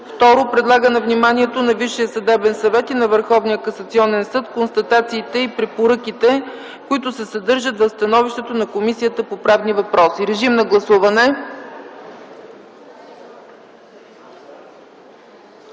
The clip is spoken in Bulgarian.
г. 2. Предлага на вниманието на Висшия съдебен съвет и Върховния касационен съд констатациите и препоръките, които се съдържат в становището на Комисията по правни въпроси”. Режим на гласуване.